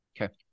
Okay